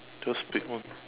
just pick one